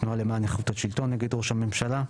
התנועה למען איכות השלטון נגד ראש הממשלה,